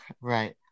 Right